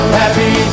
happy